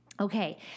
Okay